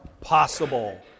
possible